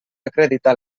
acreditar